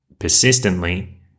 Persistently